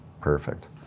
perfect